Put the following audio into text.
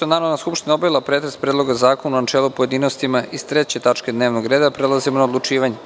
je Narodna skupština obavila pretres Predloga zakona u načelu i u pojedinostima iz 4. tačke dnevnog reda, prelazimo na odlučivanje.